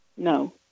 No